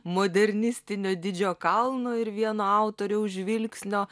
modernistinio didžio kalno ir vieno autoriaus žvilgsnio